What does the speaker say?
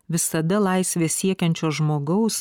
visada laisvės siekiančio žmogaus